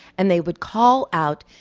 and they would call out,